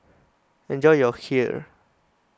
enjoy your Kheer